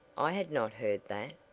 i had not heard that.